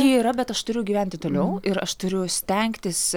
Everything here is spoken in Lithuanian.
ji yra bet aš turiu gyventi toliau ir aš turiu stengtis